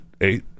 Eight